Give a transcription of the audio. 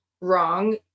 wrong